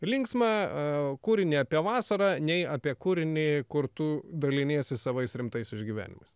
linksmą kūrinį apie vasarą nei apie kūrinį kur tu daliniesi savais rimtais išgyvenimais